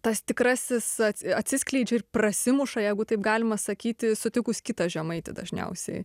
tas tikrasis atsiskleidžia ir prasimuša jeigu taip galima sakyti sutikus kitą žemaitį dažniausiai